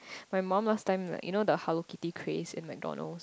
my mum last time like you know the Hello Kitty craze in McDonalds